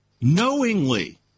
Knowingly